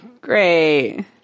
Great